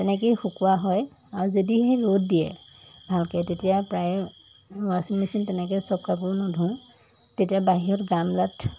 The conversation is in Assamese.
তেনেকেই শুকোৱা হয় আৰু যদিহে ৰ'দ দিয়ে ভালকৈ তেতিয়া প্ৰায় ৱাশ্বিং মেচিন তেনেকৈ চব কাপোৰ নুধু তেতিয়া বাহিৰত গামলাত